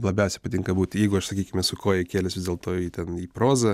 labiausiai patinka būt jeigu aš sakykim esu koją įkėlęs vis dėlto į ten į prozą